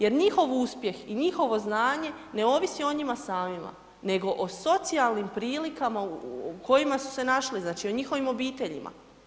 Jer njihov uspjeh i njihovo znanje ne ovisi o njima samima nego o socijalnih prilikama u kojima su se našli, znači o njihovim obiteljima.